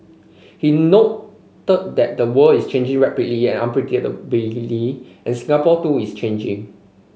he noted that the world is changing rapidly and unpredictably and Singapore too is changing